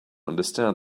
understand